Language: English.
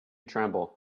tremble